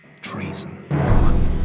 treason